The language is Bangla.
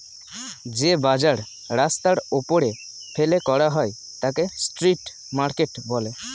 যে বাজার রাস্তার ওপরে ফেলে করা হয় তাকে স্ট্রিট মার্কেট বলে